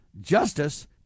justice